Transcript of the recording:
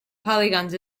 polygons